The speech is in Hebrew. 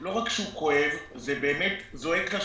לא רק שהוא כואב, זה זועק לשמיים.